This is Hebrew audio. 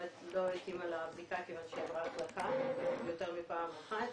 התאימה לבדיקה כיוון שהיא עברה החלקה יותר מפעם אחת,